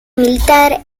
militar